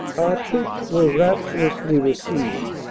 our troops were rapturously received.